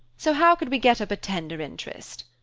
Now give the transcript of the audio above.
so how could we get up a tender interest?